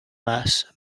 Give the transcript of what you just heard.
mass